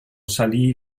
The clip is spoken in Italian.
salì